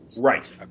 Right